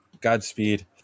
Godspeed